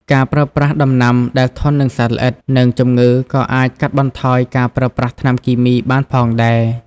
ការប្រើប្រាស់ដំណាំដែលធន់នឹងសត្វល្អិត និងជំងឺក៏អាចកាត់បន្ថយការប្រើប្រាស់ថ្នាំគីមីបានផងដែរ។